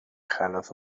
خلاف